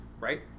Right